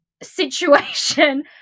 situation